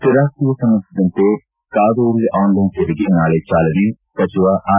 ಸ್ಟಿರಾಸ್ತಿಗೆ ಸಂಬಂಧಿಸಿದಂತೆ Kaveri online ಸೇವೆ ಗೆ ನಾಳೆ ಚಾಲನೆ ಸಚಿವ ಆರ್